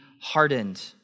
hardened